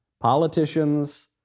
Politicians